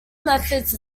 methods